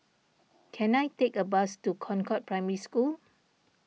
can I take a bus to Concord Primary School